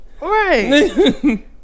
Right